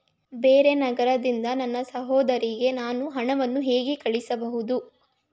ಬೇರೆ ನಗರದಿಂದ ನನ್ನ ಸಹೋದರಿಗೆ ನಾನು ಹಣವನ್ನು ಹೇಗೆ ಕಳುಹಿಸಬಹುದು?